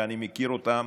ואני מכיר אותם